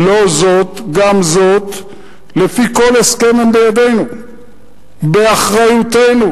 לא זאת אף זאת, לפי כל הסכם הם בידינו, באחריותנו.